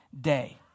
day